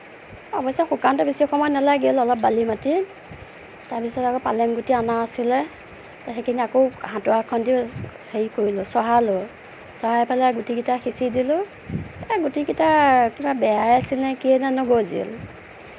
অৱশ্যে শুকাওতে বেছি সময় নালাগে অলপ বালি মাটি তাৰপিছত আৰু পালেঙ গুটি অনা আছিলে তাৰ সেইখিনি আকৌ হাতোৰা এখন দি হেৰি কৰিলোঁ চহালোঁ চহাই পেলাই গুটিকেইটা সিচি দিলো এই গুটিকেইটা কিবা বেয়াই আছিল নে কিয়ে নাজানোঁ নগজিল